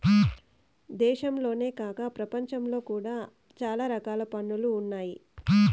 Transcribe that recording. దేశంలోనే కాక ప్రపంచంలో కూడా చాలా రకాల పన్నులు ఉన్నాయి